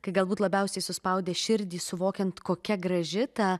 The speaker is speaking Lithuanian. kai galbūt labiausiai suspaudė širdį suvokiant kokia graži ta